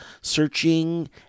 searching